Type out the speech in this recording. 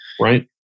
Right